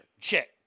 check